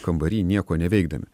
kambary nieko neveikdami